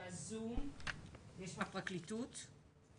אני עוסקת בתחום, מתכווצת לי הבטן לשבת פה.